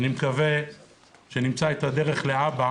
ואני מקווה שנמצא את הדרך להבא